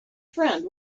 friend